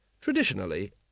Traditionally